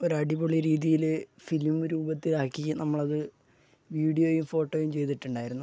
ഒരു അടിപൊളി രീതിയിൽ ഫിലിം രൂപത്തിലാക്കി നമ്മൾ അത് വീഡ്യോയും ഫോട്ടോയും ചെയ്തിട്ടുണ്ടായിരുന്നു